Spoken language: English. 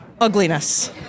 ugliness